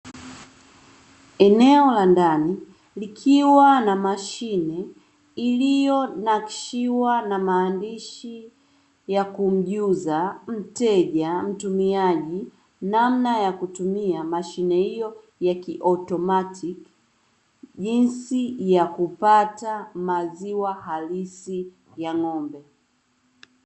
Eneo la ndani likiwa na mashine iliyonakshiwa na maandishi ya kumjuza mteja, mtumiaji; namna ya kutumia mashine hiyo ya kiautomatiki, jinsi ya kupata maziwa halisi ya ng'ombe.